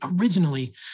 originally